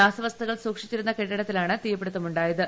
രാസവസ്തുക്കൾ സൂക്ഷിച്ചിരുന്ന കെട്ടിടത്തിലാണ് തീ പിടുത്തമുണ്ടായത്